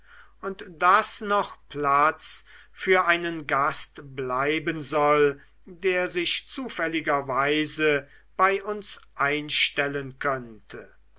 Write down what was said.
und daß noch platz für einen gast bleiben soll der sich zufälligerweise bei uns einstellen könnte